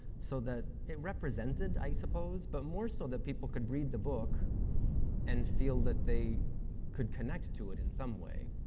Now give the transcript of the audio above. so that it represented, i suppose, but more so that people could read the book and feel that they could connect to it in some way.